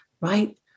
right